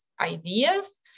ideas